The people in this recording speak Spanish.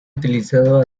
utilizado